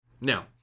Now